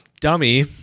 dummy